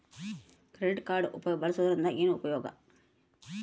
Credit card ಬಳಸುವದರಿಂದ ಏನು ಉಪಯೋಗ?